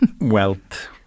wealth